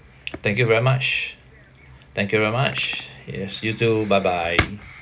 thank you very much thank you very much yes you too bye bye